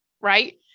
right